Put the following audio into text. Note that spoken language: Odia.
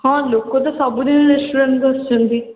ହଁ ଲୋକ ତ ସବୁଦିନ ରେଷ୍ଟୁରାଣ୍ଟକୁ ଆସୁଛନ୍ତି